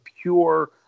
pure